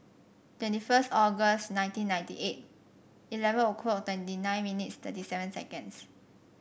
twenty first August nineteen ninety eight eleven o'clock twenty nine minutes thirty seven seconds